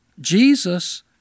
Jesus